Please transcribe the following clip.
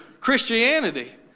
Christianity